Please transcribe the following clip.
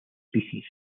species